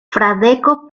fradeko